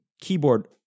keyboard